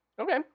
Okay